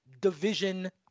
division